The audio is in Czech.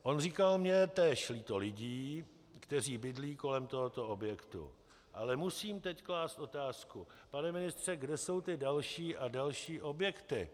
On říkal: Mně je též líto lidí, kteří bydlí kolem tohoto objektu, ale mám teď klást otázku: Pane ministře, kde jsou ty další a další objekty?